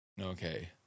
Okay